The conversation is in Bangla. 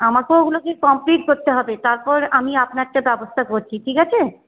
আমাকেও ওগুলোকে কমপ্লিট করতে হবে তারপর আমি আপনারটা ব্যবস্থা করছি ঠিক আছে